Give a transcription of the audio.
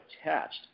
attached